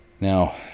Now